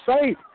safe